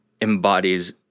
embodies